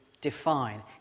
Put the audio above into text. define